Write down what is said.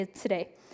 today